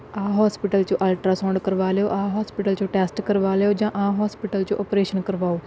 ਆਹ ਹੋਸਪਿਟਲ ਚੋਂ ਅਲਟ੍ਰਾਸਾਊਂਡ ਕਰਵਾ ਲਿਓ ਆਹ ਹੋਸਪਿਟਲ ਚੋਂ ਟੈਸਟ ਕਰਵਾ ਲਿਓ ਜਾਂ ਆਹ ਹੋਸਪਿਟਲ ਚੋਂ ਆਪਰੇਸ਼ਨ ਕਰਵਾਓ